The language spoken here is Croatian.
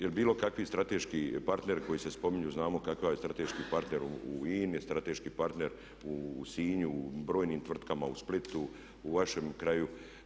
Jer bilo kakvi strateški partner koji se spominju, znamo kakav je strateški partner u INA-i, strateški partner u Sinju u brojnim tvrtkama, u Splitu, u vašem kraju.